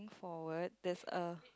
forward there's a